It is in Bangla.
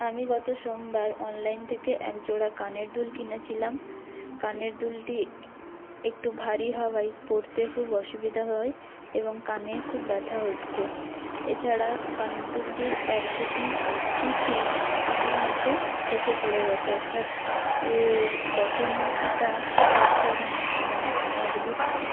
আমি গত সোমবার অনলাইন থেকে একজোড়া কানের দুল কিনেছিলাম কানের দুলটি একটু ভারী হওয়ায় পরতে খুব অসুবিধা হয় এবং কানে খুব ব্যথা হচ্ছে এছাড়া কানের দুলটির এক দুটি পুঁতি ইতিমধ্যে খসে পড়ে গেছে অর্থাৎ এর গঠনটা ঠিকঠাক নয় মজবুত নয়